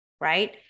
right